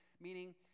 Meaning